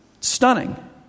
Stunning